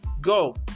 go